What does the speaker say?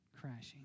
crashing